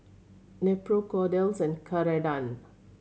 Nepro Kordel's and Keradan